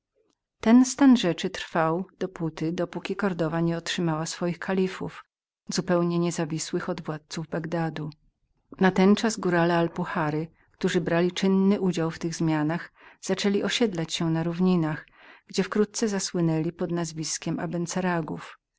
ten stan rzeczy trwał dopóty póki kordowa nie otrzymała swoich kalifów zupełnie niezawisłych od władzców bagdadu natenczas górale alpuhary którzy mieli czynny udział w tych zmianach zaczęli osiedlać się na płaszczyznach gdzie wkrótce zasłynęli pod nazwą abenseragów